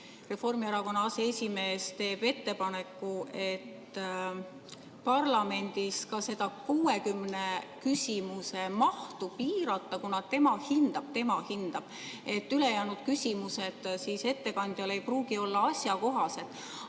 Reformierakonna aseesimees teeb ettepaneku parlamendis ka seda 60 küsimuse mahtu piirata, kuna tema hindab – tema hindab! –, et ülejäänud küsimused ettekandjale ei pruugi olla asjakohased.